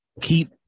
Keep